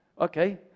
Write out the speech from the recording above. Okay